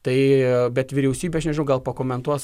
tai bet vyriausybė aš nežinau gal pakomentuos